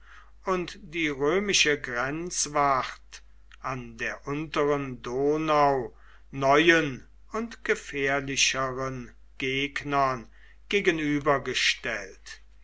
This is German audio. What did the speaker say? und die römische grenzwacht an der unteren donau neuen und gefährlicheren gegnern